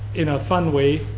in a fun way,